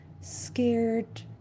scared